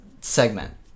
segment